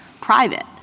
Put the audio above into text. private